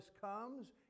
comes